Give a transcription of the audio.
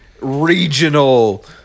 regional